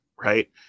right